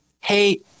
hey